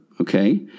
okay